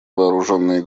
вооруженные